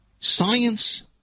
Science